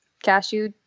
cashew